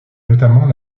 notamment